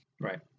Right